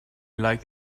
like